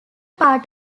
part